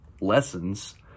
lessons